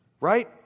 right